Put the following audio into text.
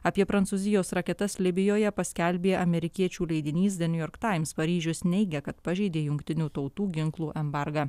apie prancūzijos raketas libijoje paskelbė amerikiečių leidinys de niujork taims paryžius neigia kad pažeidė jungtinių tautų ginklų embargą